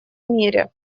мире